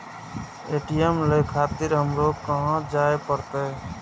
ATM ले खातिर हमरो कहाँ जाए परतें?